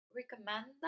recommend